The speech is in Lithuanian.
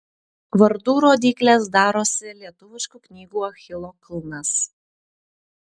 vardų rodyklės darosi lietuviškų knygų achilo kulnas